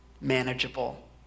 manageable